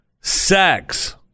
sex